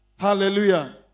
Hallelujah